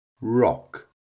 rock